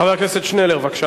חבר הכנסת שנלר, בבקשה.